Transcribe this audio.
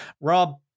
rob